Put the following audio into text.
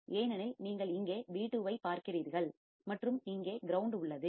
ஏனெனில் நீங்கள் இங்கே V2 ஐப் பார்க்கிறீர்கள் மற்றும் இங்கே கிரவுண்ட் உள்ளது